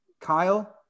Kyle